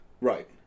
Right